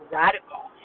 radical